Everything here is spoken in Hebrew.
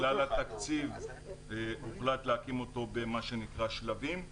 בגלל התקציב הוחלט להקים אותו מה שנקרא בשלבים.